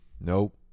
Nope